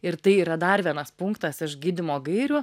ir tai yra dar vienas punktas iš gydymo gairių